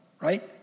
Right